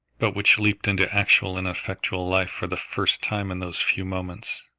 but which leaped into actual and effective life for the first time in those few moments,